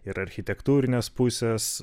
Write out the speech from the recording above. ir architektūrinės pusės